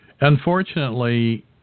Unfortunately